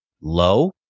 low